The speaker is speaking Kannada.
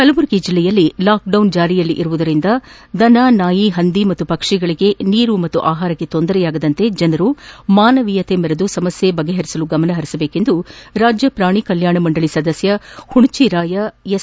ಕಲಬುರಗಿ ಜಲ್ಲೆಯಲ್ಲಿ ಲಾಕ್ಡೌನ್ ಜಾರಿಯಲ್ಲಿರುವುದರಿಂದ ದನಗಳು ನಾಯಿ ಪಂದಿ ಹಾಗೂ ಪಕ್ಷಿಗಳಿಗೆ ನೀರು ಮತ್ತು ಆಹಾರಕ್ಕೆ ತೊಂದರೆಯಾಗದಂತೆ ಜನರು ಮಾನವೀಯತೆ ಮೆರೆದು ಸಮಸ್ನೆ ಪರಿಪರಿಸಲು ಗಮನ ಪರಿಸಬೇಕೆಂದು ರಾಜ್ಯ ಪ್ರಾಣಿ ಕಲ್ಲಾಣ ಮಂಡಳ ಸದಸ್ನ ಹುಣಚಿರಾಯ ಎಸ್